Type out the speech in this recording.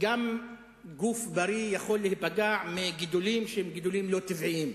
גם גוף בריא יכול להיפגע מגידולים שהם גידולים לא טבעיים.